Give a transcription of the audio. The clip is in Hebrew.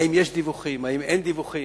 האם יש דיווחים, האם אין דיווחים.